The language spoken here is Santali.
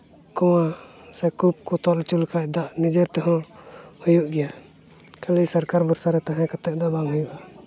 ᱠᱩᱣᱟ ᱥᱮ ᱠᱩᱠ ᱠᱚ ᱛᱚᱞ ᱦᱚᱪᱚ ᱞᱮᱠᱷᱟᱡ ᱫᱟᱜ ᱱᱤᱡᱮ ᱛᱮᱦᱚᱸ ᱦᱩᱭᱩᱜ ᱜᱮᱭᱟ ᱠᱷᱟᱹᱞᱤ ᱥᱚᱨᱠᱟᱨ ᱵᱷᱚᱨᱥᱟ ᱨᱮ ᱛᱟᱦᱮᱸ ᱠᱟᱛᱮᱫ ᱫᱚ ᱵᱟᱝ ᱦᱩᱭᱩᱜᱼᱟ